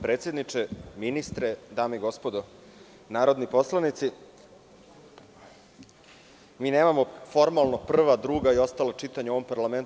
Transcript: Predsedniče, ministre, dame i gospodo narodni poslanici, mi nemamo formalno prva, druga i ostala čitanja u ovom parlamentu.